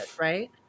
right